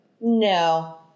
No